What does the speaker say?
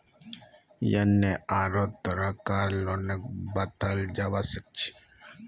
यन्ने आढ़ो तरह कार लोनक बताल जाबा सखछे